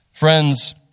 Friends